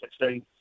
2016